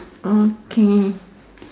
okay